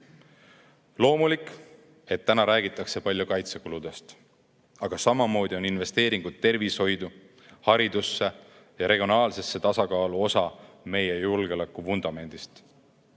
loomulik, et täna räägitakse palju kaitsekuludest, aga samamoodi on investeeringud tervishoidu, haridusse, regionaalsesse tasakaalu osa meie julgeolekuvundamendist.